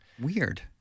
Weird